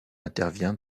intervient